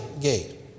gate